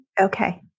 Okay